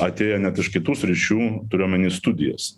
atėję net iš kitų sričių turiu omeny studijas